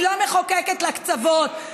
אני לא מחוקקת לקצוות,